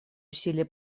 усилия